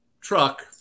truck